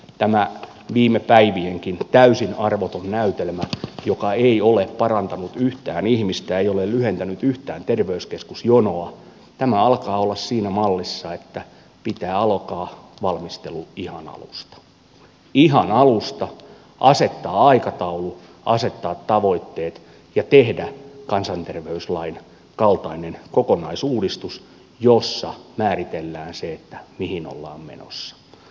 tämä viime päivienkin täysin arvoton näytelmä joka ei ole parantanut yhtään ihmistä ei ole lyhentänyt yhtään terveyskeskusjonoa alkaa olla siinä mallissa että pitää alkaa valmistelu ihan alusta ihan alusta asettaa aikataulu asettaa tavoitteet ja tehdä kansanterveyslain kaltainen kokonaisuudistus jossa määritellään se mihin ollaan menossa